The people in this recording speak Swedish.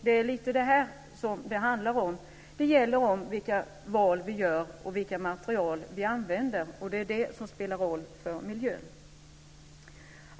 Det är lite det här det handlar om: Det gäller vilka val vi gör och vilka material vi använder, och det är det som spelar roll för miljön.